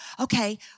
okay